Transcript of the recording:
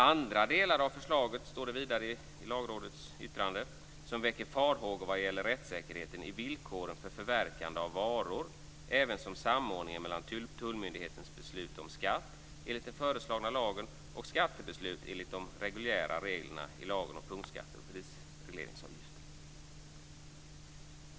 "Andra delar av förslaget, står det i Lagrådets yttrande, som väcker farhågor vad gäller rättssäkerheten är villkoren för förverkande av varor, ävensom samordningen mellan tullmyndighetens beslut om skatt enligt den föreslagna lagen och skattebeslut enligt de reguljära reglerna i lagen om punktskatter och prisregleringsavgifter.